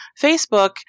Facebook